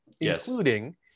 including